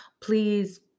please